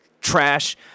trash